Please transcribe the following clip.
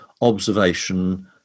observation